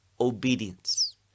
obedience